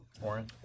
Warren